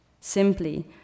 simply